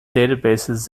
databases